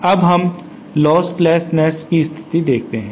अब हम लोस्टलेसनेस्स की स्थिति देखते हैं